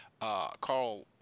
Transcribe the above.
Carl